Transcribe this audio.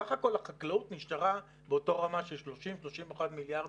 בסך הכול החקלאות נשארה באותה רמה של 30-31 מיליארד